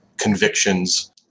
convictions